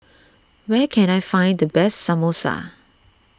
where can I find the best Samosa